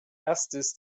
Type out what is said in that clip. erstes